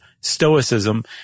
stoicism